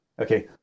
Okay